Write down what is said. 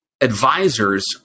advisors